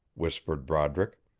whispered broderick.